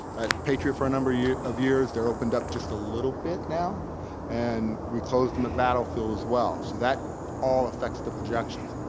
at patriot for a number of years. they're opened up just a little bit now and we closed them at battlefield as well so that all affects the projections.